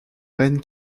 reine